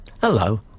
Hello